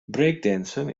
breakdancen